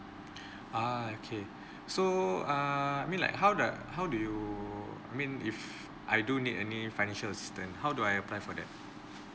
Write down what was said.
ah okay so err mean like how the how do you mean if I do need any financial assistant how do I apply for that